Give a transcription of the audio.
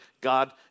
God